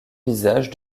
visage